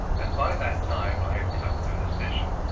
and by that time i had come to a decision.